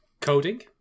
Coding